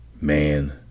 man